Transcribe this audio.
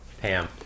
Pam